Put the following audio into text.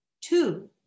two